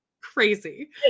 crazy